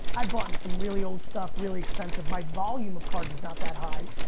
i've bought and some really old stuff, really expensive. my volume of cards is not that high.